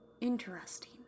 interesting